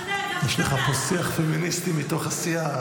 אתה יודע --- יש לך פה שיח פמיניסטי מתוך הסיעה,